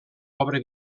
obra